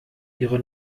ihre